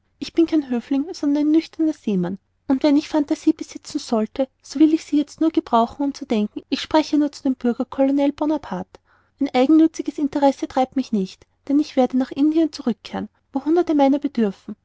ich bin kein höfling sondern ein nüchterner seemann und wenn ich phantasie besitzen sollte so will ich sie jetzt nur gebrauchen um zu denken ich spreche nur zu dem bürger colonel bonaparte ein eigennütziges interesse treibt mich nicht denn ich werde nach indien zurückkehren wo hunderte meiner bedürfen